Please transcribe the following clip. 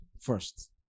first